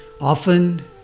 Often